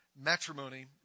matrimony